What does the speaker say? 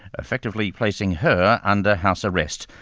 effectively placing her under house arrest.